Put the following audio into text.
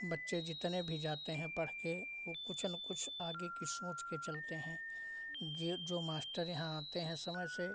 बच्चे जितने भी जाते हैं पढ़ के वो कुछ ना कुछ आगे की सोच के चलते हैं जे जो मास्टर यहाँ आते हैं समय से